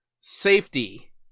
safety